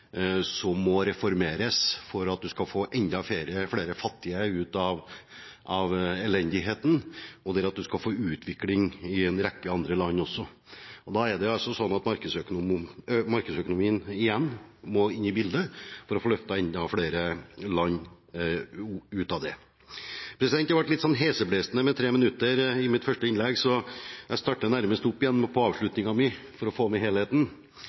som må reformeres for at du skal få enda flere fattige ut av elendigheten og for at du skal få utvikling i en rekke andre land også. Da er det sånn at markedsøkonomien igjen må inn i bildet for å få løftet enda flere land ut av det. Det ble litt heseblesende med tre minutter i mitt første innlegg, så jeg starter nærmest opp igjen på avslutningen min for å få med helheten.